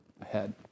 ahead